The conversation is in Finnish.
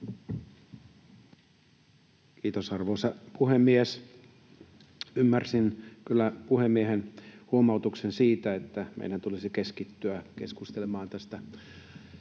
Kiitos, arvoisa puhemies! Ymmärsin kyllä puhemiehen huomautuksen siitä, että meidän tulisi keskittyä keskustelemaan tästä